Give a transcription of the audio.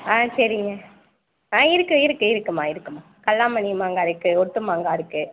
ஆ சரிங்க ஆ இருக்குது இருக்குது இருக்குதும்மா இருக்குதும்மா கல்லாமணி மாங்காய் இருக்குது ஒட்டு மாங்காய் இருக்குது